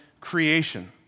creation